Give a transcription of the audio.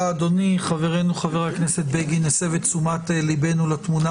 חברנו חבר הכנסת בגין הסב את תשומת ליבנו לתמונה,